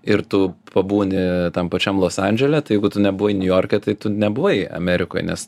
ir tu pabūni tam pačiam los andžele tai jeigu tu nebuvai niujorke tai tu nebuvai amerikoj nes